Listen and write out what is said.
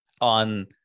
on